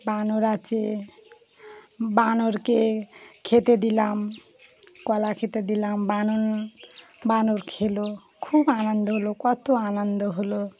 বানর আছে বানরকে খেতে দিলাম কলা খেতে দিলাম বানর খেলো খুব আনন্দ হলো কত আনন্দ হলো